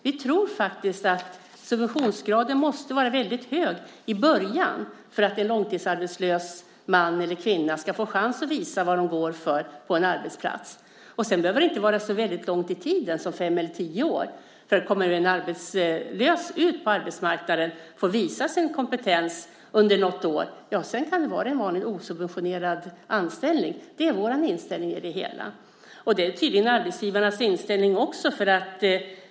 Vi tror faktiskt att subventionsgraden måste vara hög i början för att en långtidsarbetslös man eller kvinna ska få chans att visa vad de går för på en arbetsplats. Sedan behöver det inte var så långt i tiden som fem eller tio år. Kommer en arbetslös ut på arbetsmarknaden och får visa sin kompetens under något år kan det sedan bli en vanlig osubventionerad anställning. Det är vår inställning i det hela. Det är tydligen arbetsgivarnas inställning också.